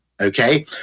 okay